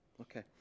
Okay